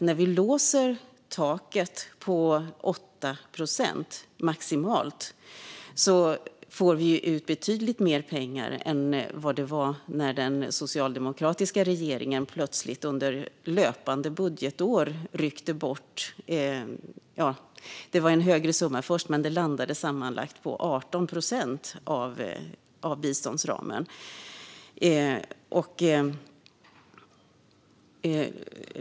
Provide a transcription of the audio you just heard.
När vi låser taket på maximalt 8 procent får vi ut betydligt mer pengar än när den socialdemokratiska regeringen plötsligt under löpande budgetår ryckte bort medel. Det var först en högre summa, men det landade sammanlagt på 18 procent av biståndsramen.